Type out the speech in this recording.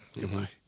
goodbye